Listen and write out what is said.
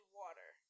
water